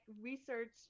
research